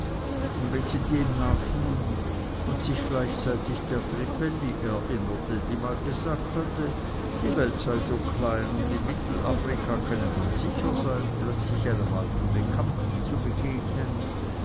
und wenn sie dem nachhing und sich gleichzeitig der trippelli erinnerte die mal gesagt hatte die welt sei so klein und in mittelafrika könne man sicher sein plötzlich einem alten bekannten zu begegnen